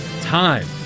time